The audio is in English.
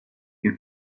you